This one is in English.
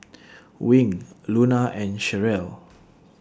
Wing Luna and Cherelle